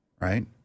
right